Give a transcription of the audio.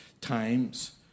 times